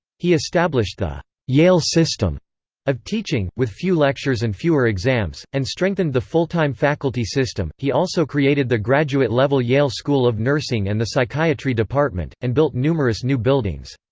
he established the yale system of teaching, with few lectures and fewer exams, and strengthened the full-time faculty system he also created the graduate-level yale school of nursing and the psychiatry department, and built numerous new buildings.